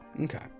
Okay